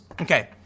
okay